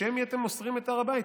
בשם מי אתם מוסרים את הר בית?